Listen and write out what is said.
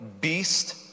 beast